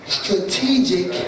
strategic